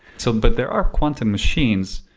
so but there are quantum machines,